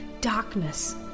darkness